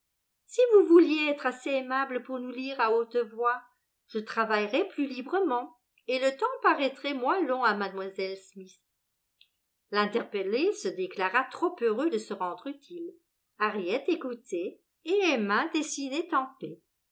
si vous vouliez être assez aimable pour nous lire à haute voix je travaillerais plus librement et le temps paraîtrait moins long à mlle smith l'interpellé se déclara trop heureux de se rendre utile harriet écoutait et emma